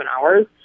hours